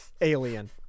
alien